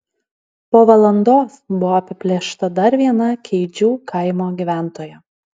po valandos buvo apiplėšta dar viena keidžių kaimo gyventoja